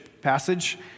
passage